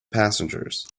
passengers